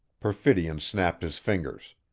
perfidion snapped his fingers.